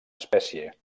espècie